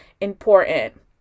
important